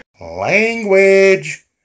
Language